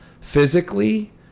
physically